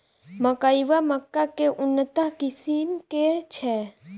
मकई वा मक्का केँ उन्नत किसिम केँ छैय?